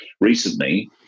recently